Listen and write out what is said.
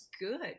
good